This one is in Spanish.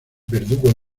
verdugo